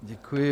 Děkuji.